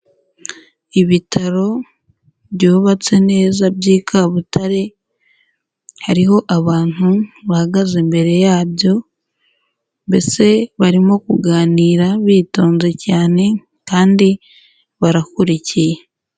Ibitaro byubatse neza by'i Kabutare, hariho abantu bahagaze imbere yabyo mbese barimo kuganira bitonze cyane kandi barakurikiye.